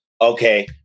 okay